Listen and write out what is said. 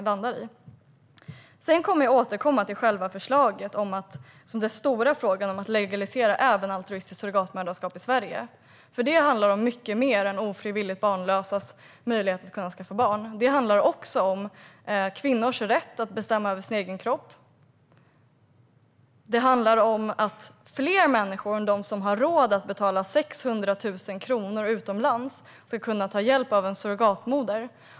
Jag kommer att återkomma till själva förslaget vad gäller den stora frågan om att legalisera altruistiskt surrogatmoderskap i Sverige. Den frågan handlar om mycket mer än ofrivilligt barnlösas möjlighet att kunna skaffa barn. Den handlar om kvinnors rätt att bestämma över sin egen kropp. Den handlar om att fler människor än de som har råd att betala 600 000 kronor utomlands ska kunna ta hjälp av en surrogatmoder.